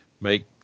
make